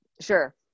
Sure